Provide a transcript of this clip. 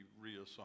reassigned